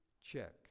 check